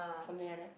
something like that